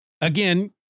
again